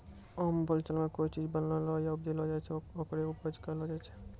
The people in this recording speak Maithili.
आम बोलचाल मॅ कोय चीज बनैलो या उपजैलो जाय छै, होकरे उपज कहलो जाय छै